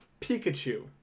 Pikachu